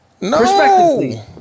No